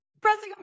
pressing